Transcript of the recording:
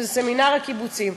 וזה סמינר הקיבוצים,